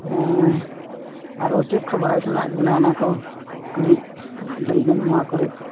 ᱮᱸᱦ ᱟᱨᱚ ᱪᱮᱫ ᱠᱚ ᱵᱟᱲᱟᱭ ᱥᱟᱱᱟᱭᱮᱫ ᱵᱮᱱᱟ ᱚᱱᱟ ᱠᱚ ᱠᱟᱹᱴᱤᱡ ᱞᱟᱹᱭ ᱵᱮᱱ ᱱᱚᱶᱟ ᱠᱚᱨᱮᱫ